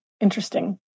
interesting